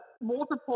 multiple